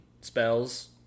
spells